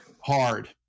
Hard